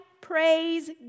praise